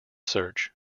search